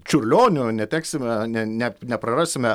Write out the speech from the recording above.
čiurlionio neteksime ne ne neprarasime